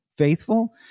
Faithful